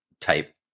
type